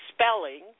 spelling